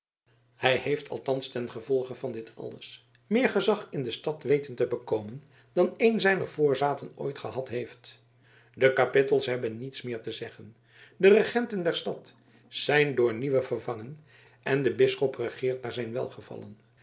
hij heeft althans tengevolge van dit alles meer gezag in de stad weten te bekomen dan een zijner voorzaten ooit gehad heeft de kapittels hebben niets meer te zeggen de regenten der stad zijn door nieuwe vervangen en de bisschop regeert naar zijn welgevallen